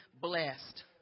blessed